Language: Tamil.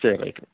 சரி ரைட்டு